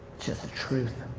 just the truth.